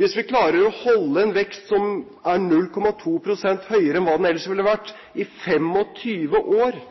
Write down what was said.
Hvis vi klarer å holde en vekst som er 0,2 pst. høyere enn hva den ellers ville ha vært, i